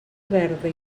verda